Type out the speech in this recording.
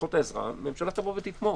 צריכות עזרה, הממשלה תבוא ותתמוך.